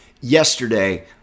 yesterday